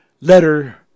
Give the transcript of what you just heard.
letter